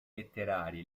letterarie